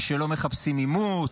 ושלא מחפשים עימות,